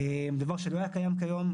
דבר שלא היה קיים כיום.